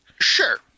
Sure